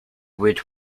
would